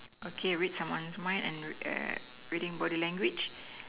okay read someone's mind and reading body language